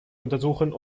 untersuchen